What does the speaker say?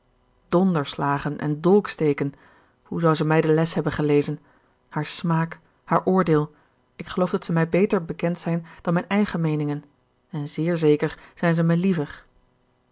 donderslagen en dolksteken hoe zou ze mij de les hebben gelezen haar smaak haar oordeel ik geloof dat ze mij beter bekend zijn dan mijn eigen meeningen en zéér zeker zijn ze mij liever